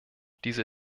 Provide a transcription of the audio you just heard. diese